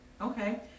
Okay